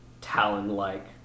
talon-like